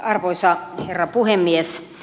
arvoisa herra puhemies